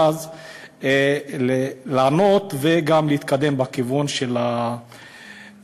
ואז לענות וגם להתקדם בכיוון של הבעיה.